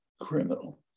criminal